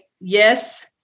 Yes